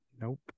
nope